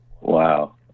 Wow